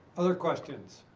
other questions?